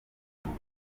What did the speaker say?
ubwo